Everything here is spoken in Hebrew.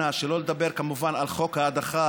אנא שלא לדבר כמובן על חוק ההדחה,